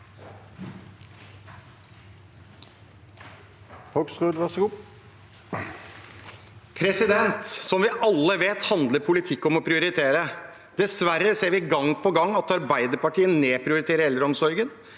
Som vi alle vet, handler politikk om å prioritere. Dessverre ser vi gang på gang at Arbeiderpartiet nedprioriterer eldreomsorgen.